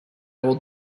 will